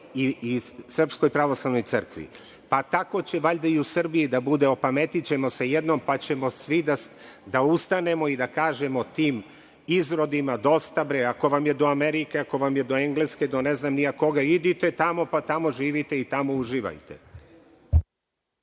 i Srpskoj pravoslavnoj crkvi. Tako će valjda i u Srbiji da bude. Opametićemo se jednom, pa ćemo svi da ustanemo i da kažemo tim izrodima - dosta, bre! Ako vam je do Amerike, ako vam je do Engleske, do ne znam ni ja koga, idite tamo pa tamo živite i tamo uživajte.